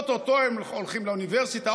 או-טו-טו הם הולכים לאוניברסיטה,